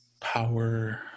Power